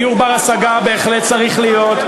דיור בר-השגה בהחלט צריך להיות.